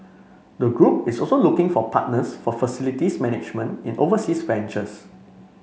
the group is also looking for partners for facilities management in overseas ventures